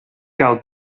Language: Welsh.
gael